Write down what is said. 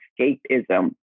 escapism